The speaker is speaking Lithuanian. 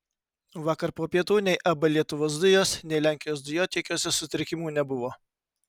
vakar po pietų nei ab lietuvos dujos nei lenkijos dujotiekiuose sutrikimų nebuvo